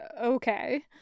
okay